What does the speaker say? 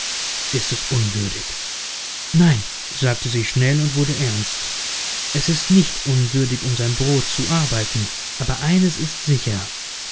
ist es unwürdig nein sagte sie schnell und wurde ernst es ist nicht unwürdig um sein brot zu arbeiten aber eines ist sicher